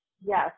Yes